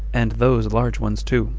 and those large ones too,